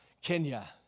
Kenya